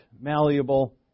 malleable